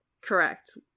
correct